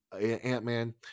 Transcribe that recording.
ant-man